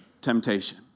temptation